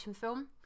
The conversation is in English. film